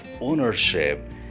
ownership